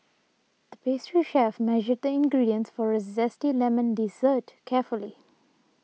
the pastry chef measured the ingredients for a Zesty Lemon Dessert carefully